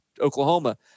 Oklahoma